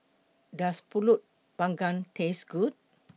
Does Pulut Panggang Taste Good